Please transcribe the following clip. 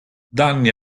danni